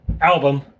Album